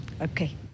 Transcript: Okay